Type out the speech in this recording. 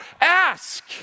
Ask